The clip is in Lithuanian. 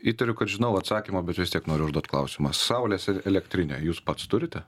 įtariu kad žinau atsakymą bet vis tiek noriu užduot klausimą saulės elektrinė jūs pats turite